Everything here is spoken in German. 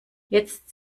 jetzt